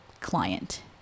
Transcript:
client